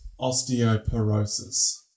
osteoporosis